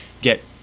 get